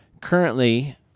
currently